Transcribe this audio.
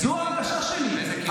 זו ההרגשה שלי.